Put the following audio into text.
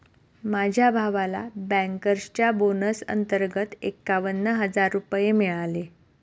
माझ्या भावाला बँकर्सच्या बोनस अंतर्गत एकावन्न हजार रुपये मिळाले